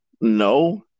No